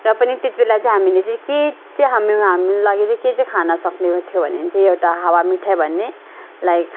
र पनि त्यति बेला चाहिँ हामीले चाहिँ के चाहिँ हामीमा हाम्रो लागि चाहिँ के चाहिँ खानसक्ने थियो भनेदेखि चाहिँ एउटा हावा मिठाई भन्ने लाइक